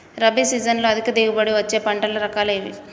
రబీ సీజన్లో అధిక దిగుబడి వచ్చే పంటల రకాలు ఏవి?